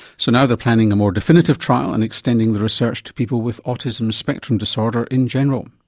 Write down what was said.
so now they're planning a more definitive trial and extending the research to people with autism spectrum disorder in general.